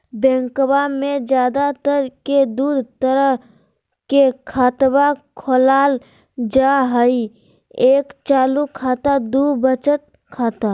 बैंकवा मे ज्यादा तर के दूध तरह के खातवा खोलल जाय हई एक चालू खाता दू वचत खाता